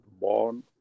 born